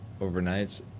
overnights